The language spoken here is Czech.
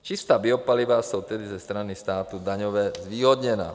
Čistá biopaliva jsou tedy ze strany státu daňově zvýhodněna.